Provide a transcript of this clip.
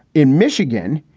in michigan,